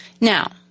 Now